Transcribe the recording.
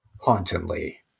hauntingly